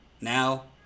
Now